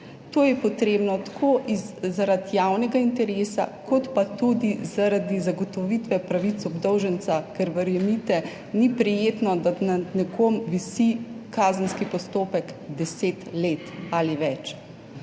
To je potrebno tako zaradi javnega interesa kot pa tudi zaradi zagotovitve pravic obdolženca, ker verjemite, ni prijetno, da nad nekom visi kazenski postopek deset let ali več.